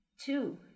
Two